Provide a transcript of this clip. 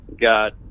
got